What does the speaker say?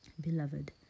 beloved